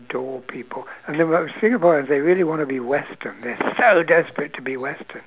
adore people the thing about singaporeans they really wanna be western they're so desperate to be western